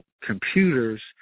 computers